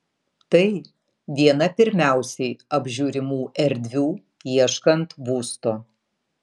tai viena pirmiausiai apžiūrimų erdvių ieškant būsto